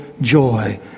joy